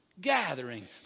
gathering